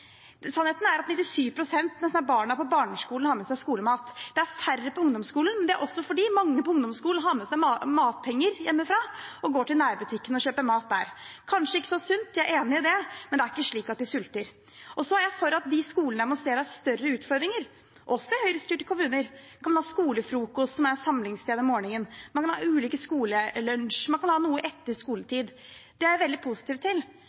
Sannheten er at nesten 97 pst. av barna på barneskolen har med seg skolemat. Det er færre på ungdomsskolen, men det er også fordi mange på ungdomsskolen har med seg matpenger hjemmefra og går til nærbutikken og kjøper mat der. Det er kanskje ikke så sunt, jeg er enig i det, men det er ikke slik at de sulter. Jeg er for at de skolene der man ser at det er større utfordringer, også i Høyre-styrte kommuner, kan ha skolefrokost som et samlingssted om morgenen. Man kan ha ulike skolelunsjer, og man kan ha noe etter skoletid. Det er jeg veldig positiv til.